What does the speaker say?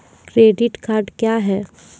Credit card क्या हैं?